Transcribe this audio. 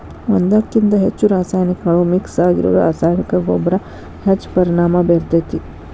ಒಂದ್ಕಕಿಂತ ಹೆಚ್ಚು ರಾಸಾಯನಿಕಗಳು ಮಿಕ್ಸ್ ಆಗಿರೋ ರಾಸಾಯನಿಕ ಗೊಬ್ಬರ ಹೆಚ್ಚ್ ಪರಿಣಾಮ ಬೇರ್ತೇತಿ